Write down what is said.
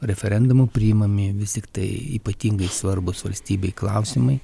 referendumu priimami vis tiktai ypatingai svarbūs valstybei klausimai